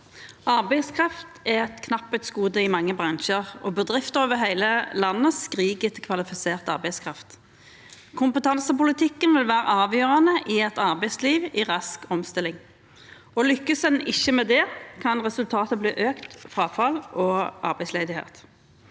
Arbeidskraft er et knapphetsgode i mange bransjer, og bedrifter over hele landet skriker etter kvalifisert arbeidskraft. Kompetansepolitikken vil være avgjørende i et arbeidsliv i rask omstilling, og lykkes en ikke med det, kan resultatet bli økt frafall og arbeidsledighet.